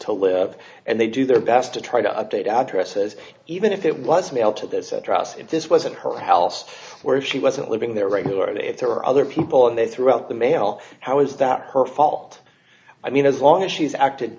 to live and they do their best to try to update addresses even if it was mailed to this address if this was at her house where she wasn't living there regularly if there were other people in there throughout the mail how is that her fault i mean as long as she's acted